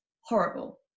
horrible